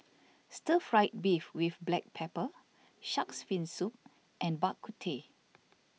Stir Fried Beef with Black Pepper Shark's Fin Soup and Bak Kut Teh